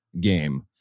game